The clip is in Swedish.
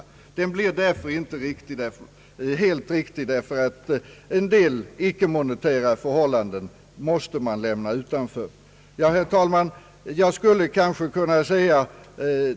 Jämförelsen = blir dock inte helt riktig, eftersom en del icke-monetära förhållanden måste lämnas utanför. Herr talman!